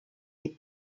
die